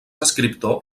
escriptor